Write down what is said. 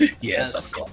Yes